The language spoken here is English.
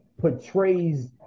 portrays